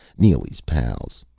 neely's pals.